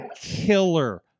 killer